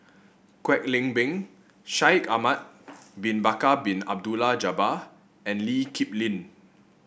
Kwek Leng Beng Shaikh Ahmad Bin Bakar Bin Abdullah Jabbar and Lee Kip Lin